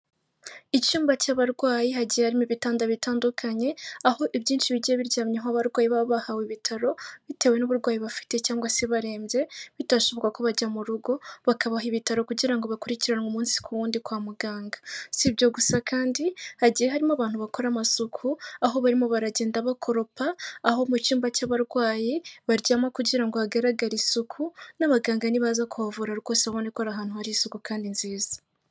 Icyumba cy'abarwayi hagiye harimo ibitanda bitandukanye, aho ibyinshi bigiye biryamyeho abarwayi baba bahawe ibitaro bitewe n'uburwayi bafite cyangwa se barembye, bitashoboka ko bajya mu rugo, bakabaha ibitaro kugira ngo bakurikiranwe umunsi ku wundi kwa muganga. Si ibyo gusa kandi hagiye harimo abantu bakora amasuku, aho barimo baragenda bakoropa, aho mu cyumba cy'abarwayi baryama kugira ngo hagaragare isuku n'abaganga nibaza kuhavurira rwose, babona ko ari ahantu hari isuku kandi nziza.